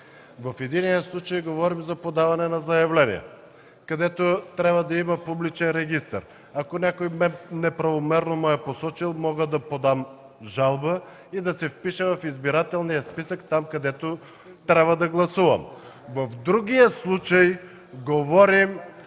В единия случай говорим за подаване на заявления, където трябва да има публичен регистър. Ако някой неправомерно ме е посочил, мога да подам жалба и да се впиша в избирателния списък, където трябва да гласувам. В другия случай говорим